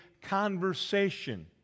conversation